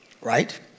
Right